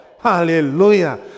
Hallelujah